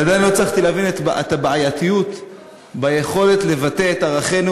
ועדיין לא הצלחתי להבין את הבעייתיות ביכולת לבטא את ערכינו